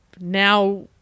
now